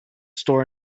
store